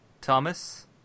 Thomas